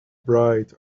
bright